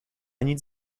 nic